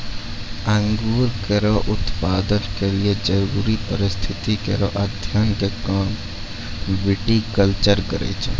अंगूर केरो उत्पादन ल जरूरी परिस्थिति केरो अध्ययन क काम विटिकलचर करै छै